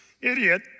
idiot